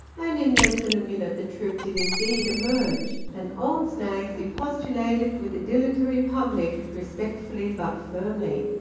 and in less than a minute the troupe did indeed emerge, and old snaggs expostulated with a dilatory public, respectfully but firmly.